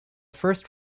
first